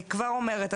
אני כבר אומרת,